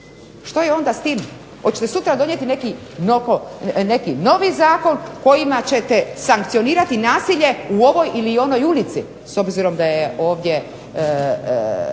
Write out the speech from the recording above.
Što je onda s tim? Hoćete sutra donijeti neki novi zakon kojima ćete sankcionirati nasilje u ovoj ili onoj ulici s obzirom da je ovdje